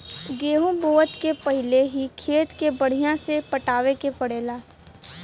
गेंहू बोअला के पहिले ही खेत के बढ़िया से पटावे के पड़ेला